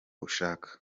ushaka